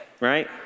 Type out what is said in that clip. Right